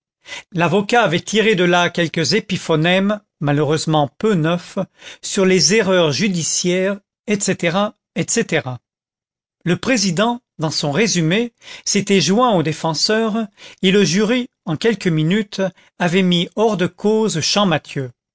l'avocat avait tiré de là quelques épiphonèmes malheureusement peu neufs sur les erreurs judiciaires etc etc le président dans son résumé s'était joint au défenseur et le jury en quelques minutes avait mis hors de cause